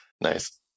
Nice